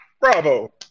Bravo